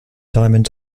diamond